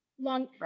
long